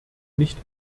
nicht